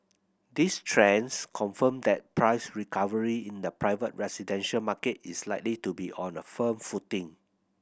these trends confirm that price recovery in the private residential market is likely to be on a firm footing